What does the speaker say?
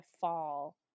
fall